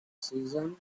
season